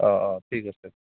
অ অ ঠিক আছে